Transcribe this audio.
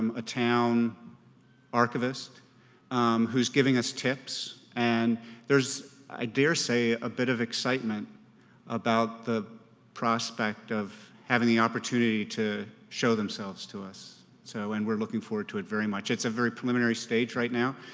um a town archivist who's giving us tips and there's, i dare say, a bit of excitement about the prospect of having the opportunity to show themselves to us so and we're looking forward to it very much. it's a very preliminary stage right now,